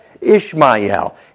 Ishmael